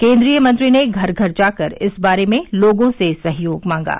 केंद्रीय मंत्री ने घर घर जाकर इस बारे में लोगों से सहयोग मांगा